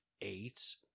eight